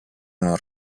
non